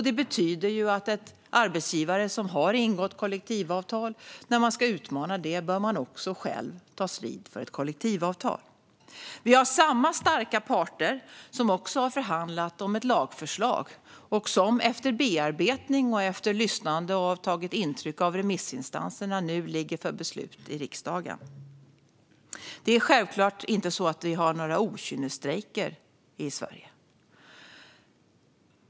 Det betyder att när man vill utmana en arbetsgivare som har ingått kollektivavtal bör man själv också ta strid för ett kollektivavtal. Samma starka parter har förhandlat om ett lagförslag. Efter bearbetning och efter att man har lyssnat på och tagit intryck av remissinstanserna läggs nu förslaget fram i riksdagen för beslut. Vi har självfallet inga okynnesstrejker i Sverige.